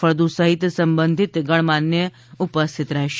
ફળદુ સહિત સંબંધિત ગણમાન્ય ઉપસ્થિત રહેશે